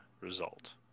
result